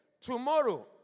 Tomorrow